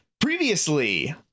previously